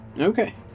Okay